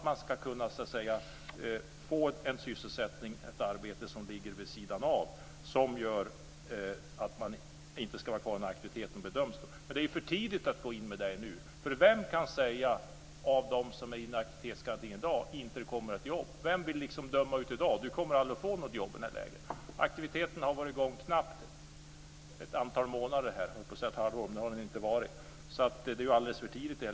Man ska kunna få en sysselsättning och ett arbete som ligger vid sidan av och som gör att man inte ska bli kvar i aktiviteten. Men det är för tidigt att gå in med det nu. För vem kan döma ut dem som är i aktivitetsgarantin i dag och inte kommer ut i jobb, och säga att de aldrig kommer att få något jobb i det här läget? Aktiviteten har varit i gång i knappt ett antal månader. Det är alltså alldeles för tidigt.